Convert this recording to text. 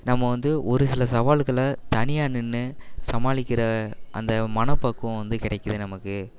நம்ம வந்து ஒரு சில சவால்களை தனியாக நின்று சமாளிக்கிற அந்த மனப்பக்குவம் வந்து கிடைக்கிது நமக்கு